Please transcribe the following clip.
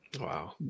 Wow